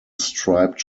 striped